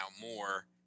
more